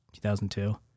2002